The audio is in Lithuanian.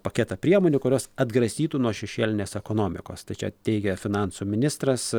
paketą priemonių kurios atgrasytų nuo šešėlinės ekonomikos tai čia teigia finansų ministras